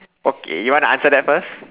okay you want to answer that first